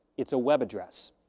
it's a web address.